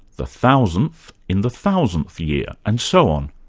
the thousandth in the thousandth year, and so on.